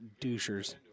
douchers